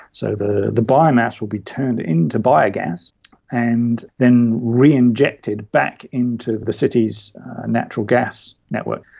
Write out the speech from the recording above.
so the the biomass will be turned into biogas and then reinjected back into the city's natural gas network.